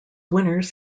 winners